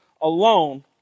alone